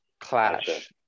clash